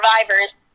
survivors